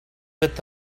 with